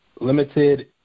Limited